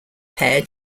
pair